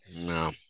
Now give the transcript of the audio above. No